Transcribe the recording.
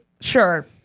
sure